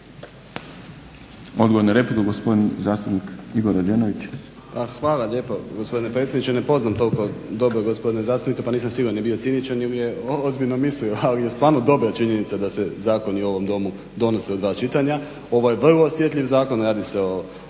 Odgovor na repliku gospodin zastupnik Igor Rađenović. **Rađenović, Igor (SDP)** Pa hvala lijepo gospodine predsjedniče. Ne poznam toliko dobro gospodina zastupnika pa nisam siguran da li je bio ciničan ili je ozbiljno mislio, ali je stvarno dobra činjenica da se zakoni u ovom Domu donose u dva čitanja. Ovo je vrlo osjetljiv zakon radi se o